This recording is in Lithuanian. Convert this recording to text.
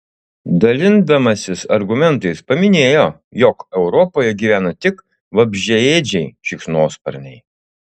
dalindamasis argumentais paminėjo jog europoje gyvena tik vabzdžiaėdžiai šikšnosparniai